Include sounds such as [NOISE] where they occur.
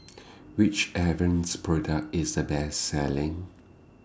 [NOISE] Which Avene's Product IS A Best Selling